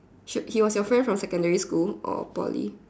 she he was you friend from secondary school or Poly